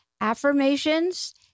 affirmations